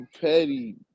petty